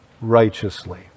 righteously